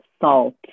salt